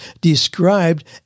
described